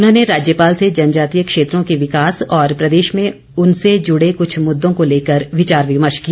उन्होंने राज्यपाल से जनजातीय क्षेत्रों के विकास और प्रदेश में उनसे जुड़े कुछ मुद्दों को लेकर विचार विमर्श किया